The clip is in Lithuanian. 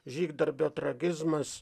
žygdarbio tragizmas